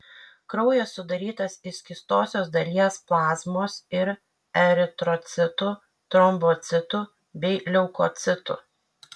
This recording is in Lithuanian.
kraujas sudarytas iš skystosios dalies plazmos ir eritrocitų trombocitų bei leukocitų